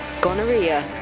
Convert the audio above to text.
gonorrhea